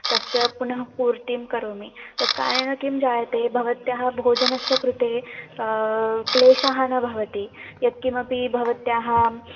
तस्य पुनःपूर्तिं करोमि तत्करणेन किं जायते भवत्याः भोजनस्य कृते क्लेशः न भवति यत्किमपि भवत्याः